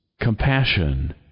compassion